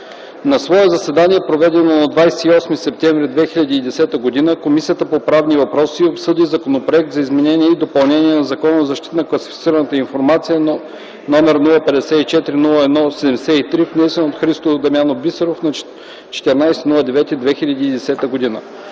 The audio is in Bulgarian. На свое заседание, проведено на 28 септември 2010 г., Комисията по правни въпроси обсъди Законопроект за изменение и допълнение на Закона за защита на класифицираната информация, № 054-01-73, внесен от Христо Дамянов Бисеров на 14.09.2010 г.